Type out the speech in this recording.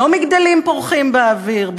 לא מגדלים פורחים באוויר,